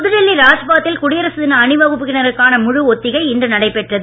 புதுடெல்லி ராஜ்பாத்தில் குடியரசு தின அணிவகுப்பினருக்கான முழு ஒத்திகை இன்று நடைபெற்றது